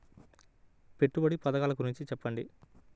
పెట్టుబడి పథకాల గురించి చెప్పండి?